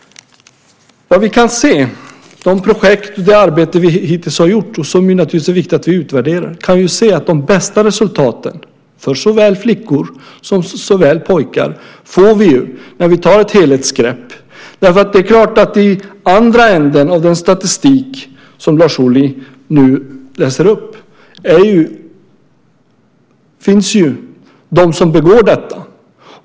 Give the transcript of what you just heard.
Vad vi kan se av de projekt och det arbete vi hittills har gjort, som det naturligtvis är viktigt att vi utvärderar, är att de bästa resultaten för såväl flickor som pojkar får vi när vi tar ett helhetsgrepp. I andra änden av den statistik som Lars Ohly nu läser upp finns ju de som begår detta.